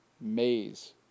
maze